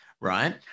Right